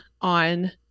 on